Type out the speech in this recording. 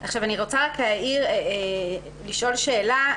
אני רוצה לשאול שאלה.